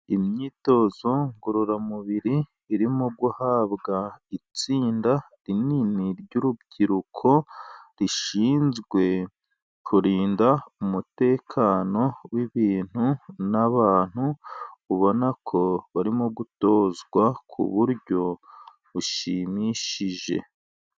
Imyitozo ngororamubiri irimo guhabwa itsinda rinini ry'urubyiruko rishinzwe kurinda umutekano w'ibintu n'abantu. Ubona ko barimo gutozwa ku buryo bushimishije.